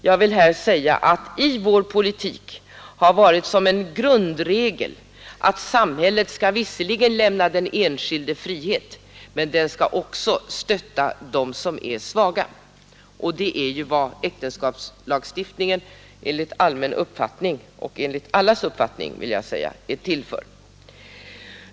Jag vill här säga att en grundregel i vår politik har varit att samhället visserligen skall lämna den enskilde frihet men också stötta dem som är svaga, och det är ju vad äktenskapslagstiftningen enligt allmän uppfattning och enligt allas uppfattning är till för.